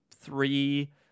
three